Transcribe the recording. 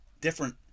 different